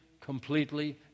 completely